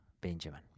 Benjamin